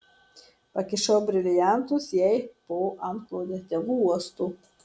pakišau briliantus jai po antklode tegu uosto